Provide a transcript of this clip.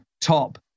top